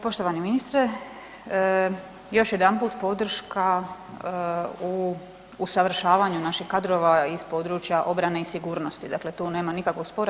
Poštovani ministre, još jedanput podrška u usavršavanju naših kadrova iz područja obrane i sigurnosti, dakle tu nema nikakvog spora.